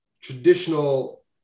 traditional